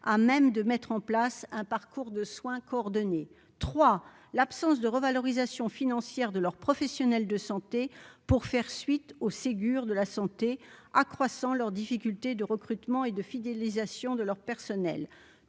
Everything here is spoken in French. à même de mettre en place un parcours de soins coordonnés trois l'absence de revalorisation financière de leur professionnel de santé pour faire suite aux Ségur de la santé, accroissant leurs difficultés de recrutement et de fidélisation de leur personnel,